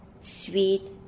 sweet